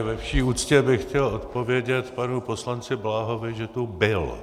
Ve vší úctě bych chtěl odpovědět panu poslanci Bláhovi, že tu byl.